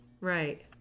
right